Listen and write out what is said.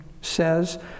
says